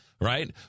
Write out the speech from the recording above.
right